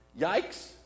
Yikes